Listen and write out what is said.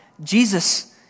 Jesus